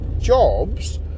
jobs